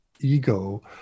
ego